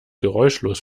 geräuschlos